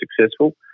successful